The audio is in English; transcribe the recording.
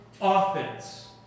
offense